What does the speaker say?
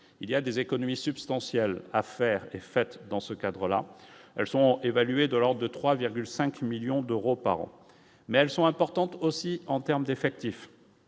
il y a des économies substantielles affaire est faite dans ce cadre-là, elles sont évalués de lors de 3,5 millions d'euros par an, mais elles sont importantes aussi en terme d'effectifs,